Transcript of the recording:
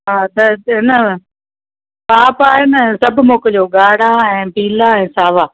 हा त इन पाव पाव आहे न सभु मोकिलिजो ॻाढ़ा ऐं पीला ऐं सावा